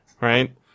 right